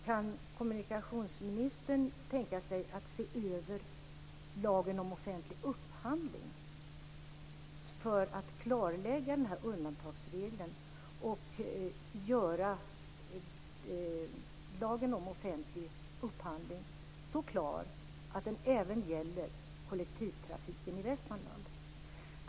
Kan kommunikationsministern tänka sig att se över lagen om offentlig upphandling för att klarlägga den här undantagsregeln och göra lagen om offentlig upphandling så klar att den även gäller kollektivtrafiken i Västmanland?